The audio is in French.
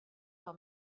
par